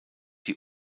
die